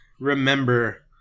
remember